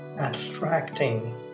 abstracting